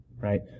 right